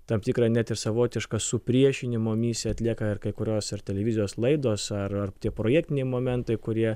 tam tikrą net ir savotišką supriešinimo misiją atlieka ir kai kurios ir televizijos laidos ar ar tie projektiniai momentai kurie